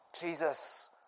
Jesus